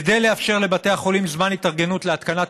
כדי לאפשר לבתי החולים זמן התארגנות להתקנת